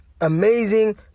amazing